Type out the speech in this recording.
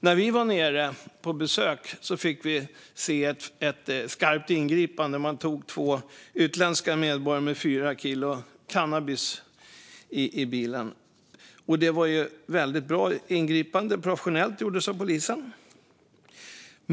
När vi var nere på besök fick vi se ett skarpt ingripande; man tog två utländska medborgare med fyra kilo cannabis i bilen. Det ingripandet gjordes väldigt bra och professionellt av polisen.